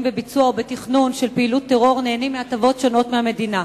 בביצוע או בתכנון של פעילות טרור נהנים מהטבות שונות מהמדינה.